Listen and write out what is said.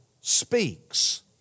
speaks